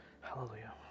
Hallelujah